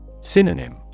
Synonym